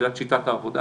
מבחינת שיטת העבודה